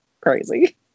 crazy